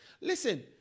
Listen